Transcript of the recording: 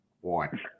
one